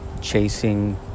chasing